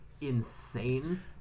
insane